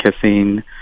kissing